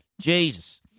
Jesus